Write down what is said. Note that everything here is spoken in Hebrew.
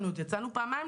הם פשוט בשליחות.